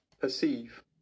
perceive